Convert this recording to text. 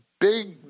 big